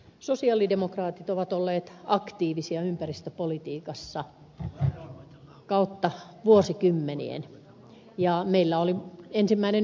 sosialidemokraatit ovat olleet aktiivisia ympäristöpolitiikassa kautta vuosikymmenien ja meiltä oli ensimmäinen ympäristöministerikin